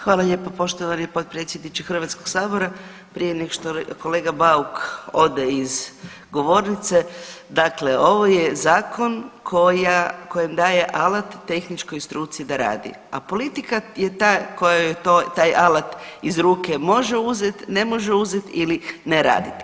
Hvala lijepo poštovani potpredsjedniče HS, prije neg što kolega Bauk ode iz govornice, dakle ovo je zakon koji daje alat tehničkoj struci da radi, a politika je ta koja joj taj alat iz ruke može uzet, ne može uzet ili ne radit.